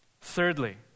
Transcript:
Thirdly